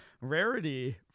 rarity